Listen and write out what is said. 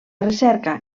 recerca